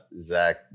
Zach